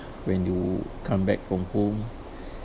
when you come back from home